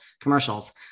commercials